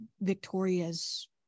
victoria's